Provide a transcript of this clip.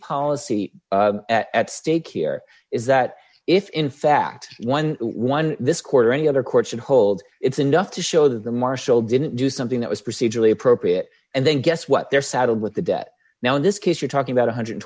policy at stake here is that if in fact eleven this court or any other court should hold its enough to show that the marshal didn't do something that was procedurally appropriate and then guess what they're saddled with the debt now in this case you're talking about one hundred and